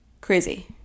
crazy